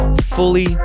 fully